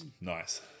nice